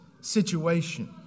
situation